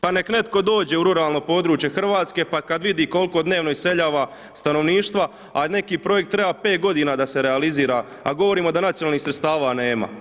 Pa neka netko dođe u ruralno područje Hrvatske pa kad vidi koliko dnevno iseljava stanovništva, a neki projekt treba 5 godina da se realizira, a govorimo da nacionalnih sredstava nema.